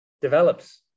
develops